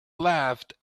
laughed